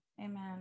Amen